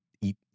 eat